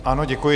Ano, děkuji.